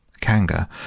Kanga